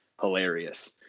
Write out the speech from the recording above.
hilarious